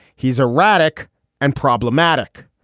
he's erratic and problematic.